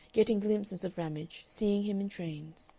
getting glimpses of ramage, seeing him in trains.